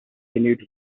continued